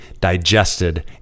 digested